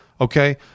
Okay